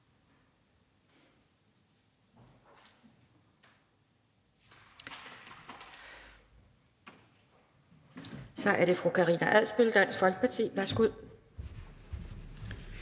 Så er det fru Karina Adsbøl, Dansk Folkeparti. Værsgo.